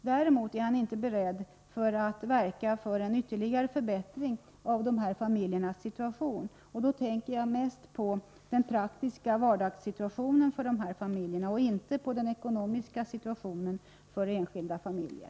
Däremot är han inte beredd att verka för en ytterligare förbättring av dessa familjers situation — jag tänker då mest på den praktiska vardagssituationen, inte på den ekonomiska situationen för enskilda familjer.